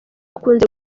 akunze